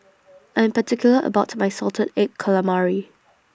I'm particular about My Salted Egg Calamari